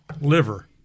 Liver